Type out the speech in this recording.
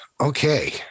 Okay